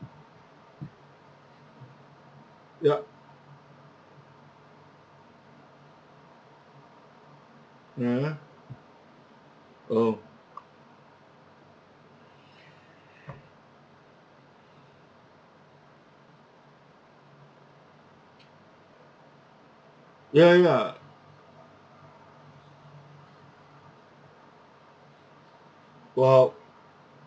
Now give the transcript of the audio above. yup oh ya ya !wow!